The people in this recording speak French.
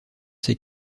ses